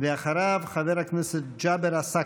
אחריו, חבר הכנסת ג'אבר עסאקלה.